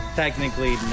technically